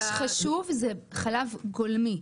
דגש חשוב, זה חלב גולמי.